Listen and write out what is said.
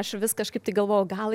aš vis kažkaip tai galvojau gal